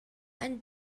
and